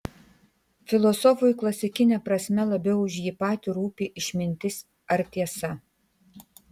filosofui klasikine prasme labiau už jį patį rūpi išmintis ar tiesa